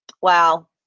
Wow